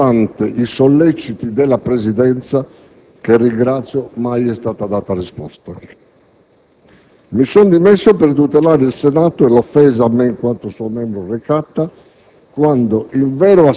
a cui, nonostante i solleciti della Presidenza, che ringrazio, mai è stata data risposta! Mi sono dimesso per tutelare il Senato e l'offesa a me in quanto suo membro recata,